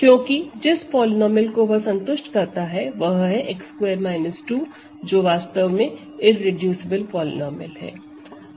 क्योंकि जिस पॉलीनोमिअल को वह संतुष्ट करता है वह है x2 2 जो वास्तव में इररेडूसिबल पॉलीनोमिअल है